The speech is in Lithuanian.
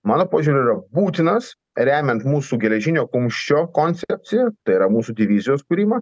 mano požiūriu yra būtinas remiant mūsų geležinio kumščio koncepciją tai yra mūsų divizijos kūrimą